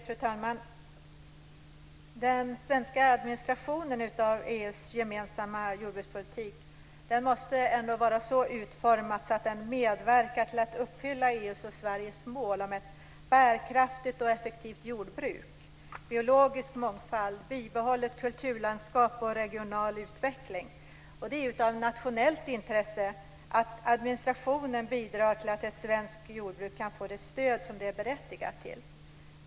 Fru talman! Den svenska administrationen av EU:s gemensamma jordbrukspolitik måste ändå vara så utformad att den medverkar till att uppfylla EU:s och Sveriges mål om ett bärkraftigt och effektivt jordbruk, biologisk mångfald, bibehållet kulturlandskap och regional utveckling. Det är av nationellt intresse att administrationen bidrar till att ett svenskt jordbruk kan få det stöd som det är berättigat till.